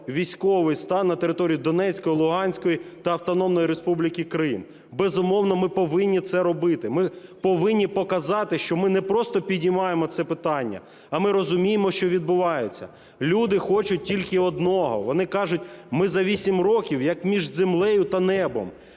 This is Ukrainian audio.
військовий стан на території Донецької, Луганської та Автономної Республіки Крим. Безумовно, ми повинні це робити. Ми повинні показати, що ми не просто піднімаємо це питання, а ми розуміємо, що відбувається. Люди хочуть тільки одного, вони кажуть: ми за 8 років як між землею та небом,